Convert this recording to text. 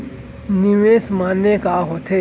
निवेश माने का होथे?